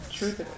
Truth